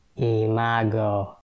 Imago